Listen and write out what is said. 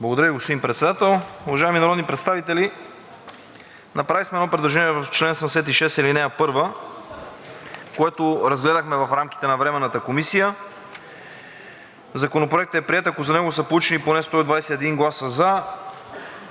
Благодаря Ви, господин Председател. Уважаеми народни представители, направили сме едно предложение в чл. 76, ал. 1, което разгледахме в рамките на Временната комисия: „Законопроектът е приет, ако за него са получени поне 121 гласа „за“.“